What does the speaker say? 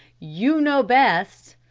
you know best.